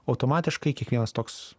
automatiškai kiekvienas toks